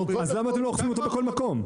אז למה אתם לא אוכפים אותו בכל מקום?